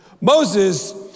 Moses